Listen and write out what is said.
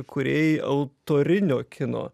kūrėjai autorinio kino